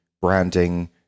branding